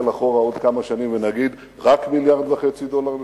אחורה ונגיד: רק מיליארד וחצי דולר לשנה?